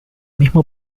mismo